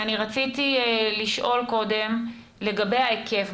אני רציתי לשאול קודם לגבי ההיקף,